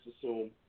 assume